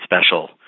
special